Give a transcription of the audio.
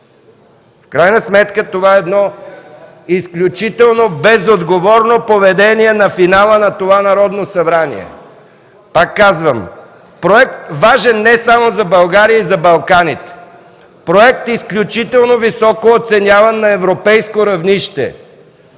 в крайна сметка това е едно изключително безотговорно поведение на финала на това Народно събрание. Пак казвам, това е проект, важен не само за България, а и за Балканите – проект, който изключително високо е оценяван на европейско равнище,